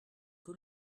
que